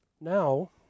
Now